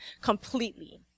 completely